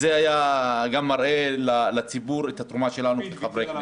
וזה היה גם מראה לציבור את התרומה שלנו כחברי כנסת.